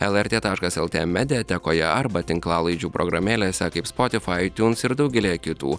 lrt taškas lt mediatekoje arba tinklalaidžių programėlėse kaip spotifai aitiuns ir daugelyje kitų